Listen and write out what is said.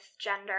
gender